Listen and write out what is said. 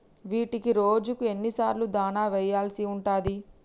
వీటికి రోజుకు ఎన్ని సార్లు దాణా వెయ్యాల్సి ఉంటది?